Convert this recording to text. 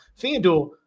FanDuel